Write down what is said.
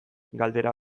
galdera